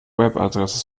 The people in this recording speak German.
webadresse